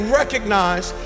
recognize